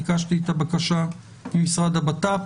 ביקשתי את הבקשה מהמשרד לביטחון פנים.